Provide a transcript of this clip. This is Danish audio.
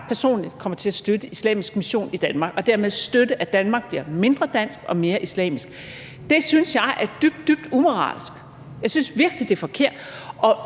personligt kommer til at støtte islamisk mission i Danmark og dermed støtte, at Danmark bliver mindre dansk og mere islamisk. Det synes jeg er dybt, dybt umoralsk. Jeg synes virkelig, det er forkert,